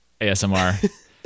ASMR